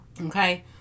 Okay